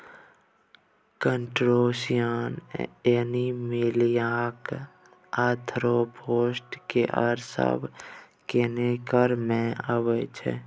crustacean एनीमिलियाक arthropoda केर सब केटेगिरी मे अबै छै